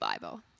Bible